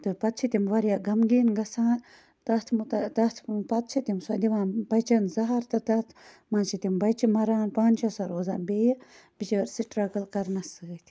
تہٕ پَتہٕ چھِ تِم واریاہ غمگیٖن گَژھان تتھ مُتا تتھ چھِ تِم سۄ دِوان بَچَن زہر تہٕ تتھ مَنٛز چھِ تِم بَچہِ مَران پانہٕ چھِ سۄ روزان بیٚیہِ بِچٲر سٹرگل کَرنَس سۭتۍ